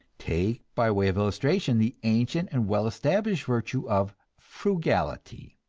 take, by way of illustration, the ancient and well-established virtue of frugality.